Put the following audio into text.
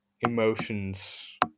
emotions